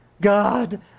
God